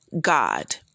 God